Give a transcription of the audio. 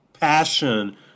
passion